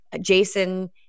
Jason